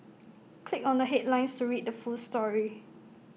click on the headlines to read the full story